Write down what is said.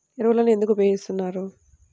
ఎరువులను ఎందుకు ఉపయోగిస్తారు?